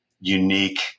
unique